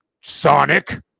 Sonic